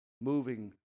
moving